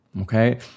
Okay